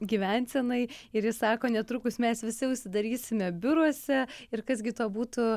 gyvensenai ir ji sako netrukus mes visi užsidarysime biuruose ir kas gi tuo būtų